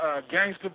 gangster